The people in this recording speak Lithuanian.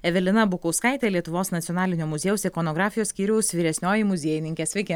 evelina bukauskaitė lietuvos nacionalinio muziejaus ikonografijos skyriaus vyresnioji muziejininkė sveiki